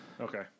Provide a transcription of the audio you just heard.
Okay